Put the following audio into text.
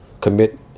commit